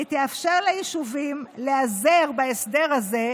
היא תאפשר ליישובים להיעזר בהסדר הזה,